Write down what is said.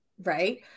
right